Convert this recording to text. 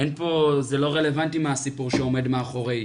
זה לא רלבנטי מה הסיפור שעומד מאחורי,